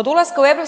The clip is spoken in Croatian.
Od ulaska u EU